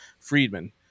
Friedman